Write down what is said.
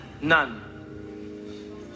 None